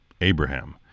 Abraham